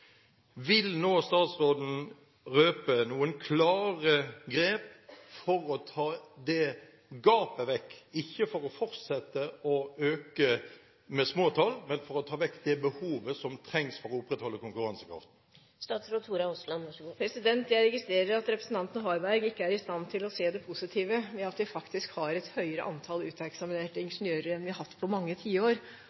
Vil statsråden nå røpe noen klare grep for å ta det gapet vekk – ikke for å fortsette å øke med små tall, men for å ta vekk det behovet som trengs for å opprettholde konkurransekraften? Jeg registrerer at representanten Harberg ikke er i stand til å se det positive ved at vi faktisk har et høyere antall uteksaminerte